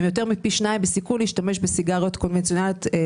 הם יותר פי שניים בסיכון להשתמש בסיגריות בעתיד.